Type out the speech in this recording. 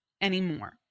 anymore